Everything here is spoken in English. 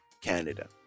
Canada